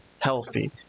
healthy